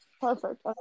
perfect